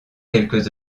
quelques